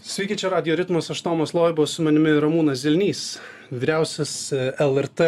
sveiki čia radijo ritmas aš tomas loiba su manimi ramūnas zilnys vyriausias lrt